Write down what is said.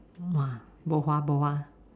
!wah! bo hua bo hua